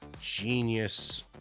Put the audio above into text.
Genius